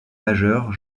majeure